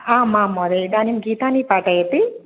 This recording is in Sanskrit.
आम् आं महोदये इदानीं गीतानि पाठयति